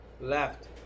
Left